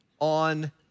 on